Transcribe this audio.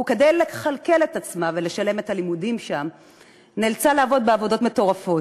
וכדי לכלכל את עצמה ולשלם את הלימודים שם נאלצה לעבוד בעבודות מטורפות,